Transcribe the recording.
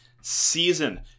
season